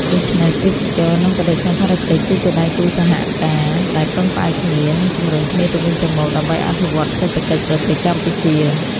ដូច្នេះ ទេសចរណ៍ និងបដិសណ្ឋារកិច្ចគឺជាដៃគូសហការដែលពឹងផ្អែកគ្នា និងជម្រុញគ្នាទៅវិញទៅមក ដើម្បីអភិវឌ្ឍសេដ្ឋកិច្ចប្រទេសកម្ពុជា។